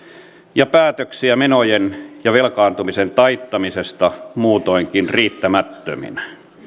ja päätöksiä menojen ja velkaantumisen taittamisesta muutoinkin riittämättöminä